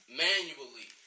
manually